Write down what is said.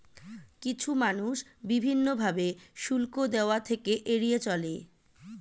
কিছু মানুষ বিভিন্ন ভাবে শুল্ক দেওয়া থেকে এড়িয়ে চলে